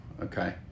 okay